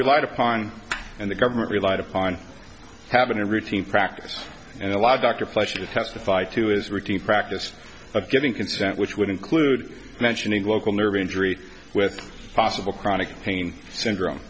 relied upon and the government relied upon having a routine practice and a lot of doctor pleasure to testify to is routine practice of giving consent which would include mentioning local nerve injury with possible chronic pain